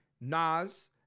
Nas